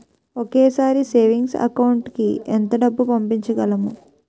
ఒకేసారి savings account కి ఎంత డబ్బు పంపించగలము?